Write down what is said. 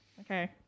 Okay